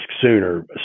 sooner